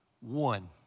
One